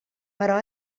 però